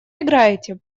играете